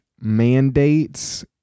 mandates